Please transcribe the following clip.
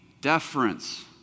deference